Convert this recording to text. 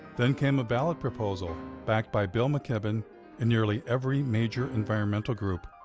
then came a ballot proposal backed by bill mckibben and nearly every major environmental group,